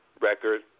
record